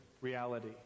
reality